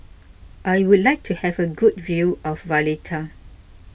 I would like to have a good view of Valletta